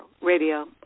Radio